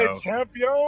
Champion